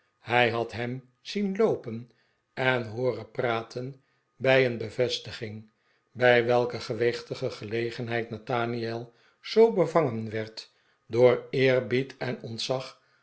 hij had hem zien loopen en hooren praten bij een bevestiging bij welke gewichtige gelegenheid nathaniel zoo bevangen werd door eerbied en ontzag